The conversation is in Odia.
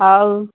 ହଉ